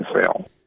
sale